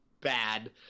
bad